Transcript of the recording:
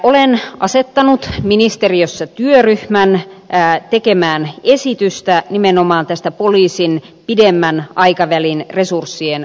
olen asettanut ministeriössä työryhmän tekemään esitystä nimenomaan tästä poliisin pidemmän aikavälin resurssien kokonaissuunnitelmasta